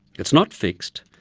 it is not fixed,